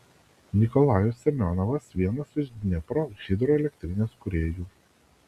nikolajus semionovas vienas iš dniepro hidroelektrinės kūrėjų